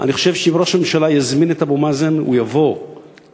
אני חושב שאם ראש הממשלה יזמין את אבו מאזן הוא יבוא לפגישה,